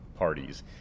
parties